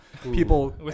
people